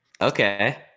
Okay